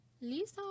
Lisa